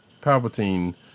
Palpatine